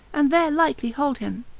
and there likely hold him.